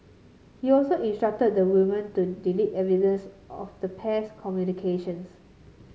he also instructed the woman to delete evidence of the pair's communication